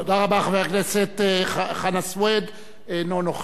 חבר הכנסת חנא סוייד, אינו נוכח.